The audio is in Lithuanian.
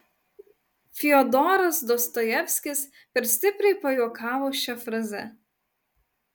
fiodoras dostojevskis per stipriai pajuokavo šia fraze